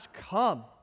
come